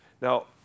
Now